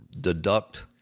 deduct